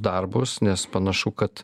darbus nes panašu kad